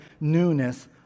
newness